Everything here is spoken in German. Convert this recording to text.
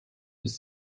ist